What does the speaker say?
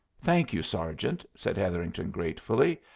thank you, sergeant, said hetherington, gratefully.